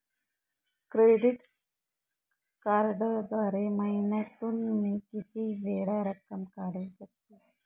Credit कार्डद्वारे महिन्यातून मी किती वेळा रक्कम काढू शकतो?